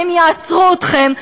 הם יעצרו אתכם,